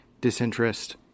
disinterest